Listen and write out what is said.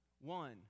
One